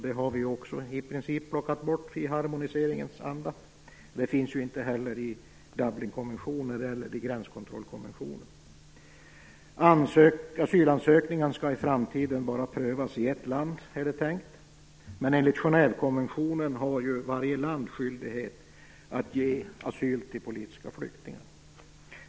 Det har vi också i princip plockat bort i harmoniseringens anda. Det finns ju inte heller i Dublinkonventionen eller i gränskontrollkonventionen. Asylansökningar skall i framtiden bara prövas i ett land är det tänkt. Men enligt Genèvekonventionen har ju varje land skyldighet att ge asyl till politiska flyktingar.